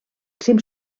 cim